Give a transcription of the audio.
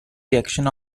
reaction